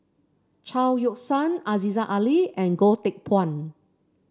Chao Yoke San Aziza Ali and Goh Teck Phuan